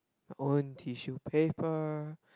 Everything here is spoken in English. own tissue paper